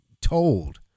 told